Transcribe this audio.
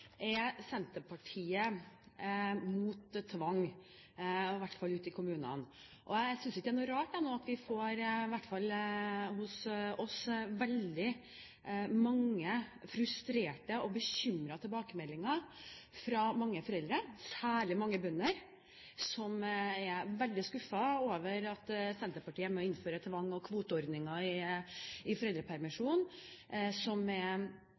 er Senterpartiet imot tvang, i hvert fall ute i kommunene. Jeg synes ikke det er noe rart at vi får, i hvert fall hos oss, veldig mange frustrerte og bekymrede tilbakemeldinger fra mange foreldre, særlig mange bønder, som er veldig skuffet over at Senterpartiet nå innfører tvang og kvoteordninger i foreldrepermisjonen, og som er